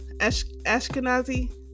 Ashkenazi